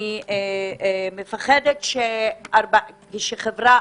אני פוחדת שחברה,